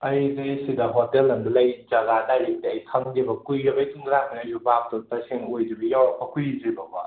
ꯑꯩꯁꯦ ꯁꯤꯗ ꯍꯣꯇꯦꯜ ꯑꯃꯗ ꯂꯩꯔꯤ ꯖꯒꯥ ꯗꯥꯏꯔꯦꯛꯇꯤ ꯑꯩ ꯈꯪꯗꯦꯕ ꯀꯨꯏꯔꯕꯩ ꯇꯨꯡꯗ ꯂꯥꯛꯄꯅꯦ ꯑꯩꯁꯨ ꯚꯥꯕꯇꯣ ꯇꯁꯦꯡ ꯑꯣꯏꯗ꯭ꯔꯤꯕꯒꯤ ꯌꯧꯔꯛꯄ ꯀꯨꯏꯗ꯭ꯔꯤꯕꯀꯣ